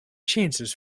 chances